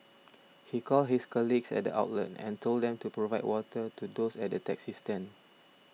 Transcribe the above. he called his colleagues at the outlet and told them to provide water to those at the taxi stand